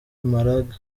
maraga